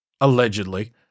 allegedly